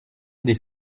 des